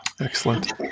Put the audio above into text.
Excellent